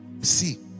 see